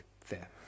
fair